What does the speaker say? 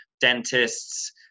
dentists